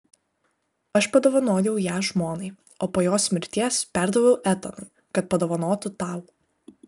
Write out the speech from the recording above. aš padovanojau ją žmonai o po jos mirties perdaviau etanui kad padovanotų tau